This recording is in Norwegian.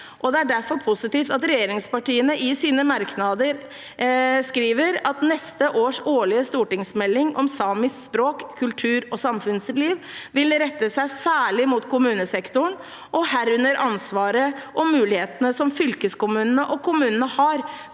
Det er derfor positivt at regjeringspartiene i sine merknader skriver at neste års årlige stortingsmelding om samisk språk, kultur og samfunnsliv vil rette seg særlig mot kommunesektoren, herunder ansvaret og mulighetene som fylkeskommunene og kommunene har